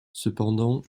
cependant